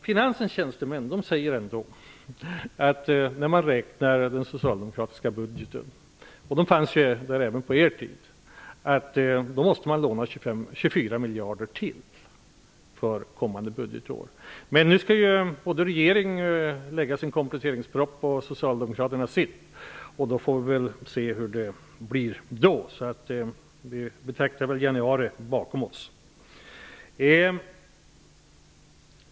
Finansens tjänstemän -- de fanns där även på er tid -- säger att man måste låna 24 miljarder till för kommande budgetår om man följer det socialdemokratiska budgetförslaget. Nu skall regeringen lägga fram sin kompletteringsproposition och Socialdemokraterna sin. Vi får se hur det blir då. Januari ligger bakom oss.